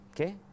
okay